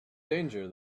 danger